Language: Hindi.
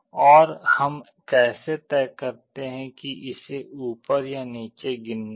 और हम कैसे तय करते हैं कि इसे ऊपर या नीचे गिनना है